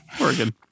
Oregon